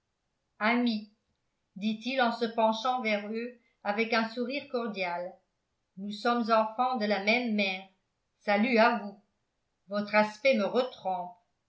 dit-il en se penchant vers eux avec un sourire cordial nous sommes enfants de la même mère salut à vous votre aspect me retrempe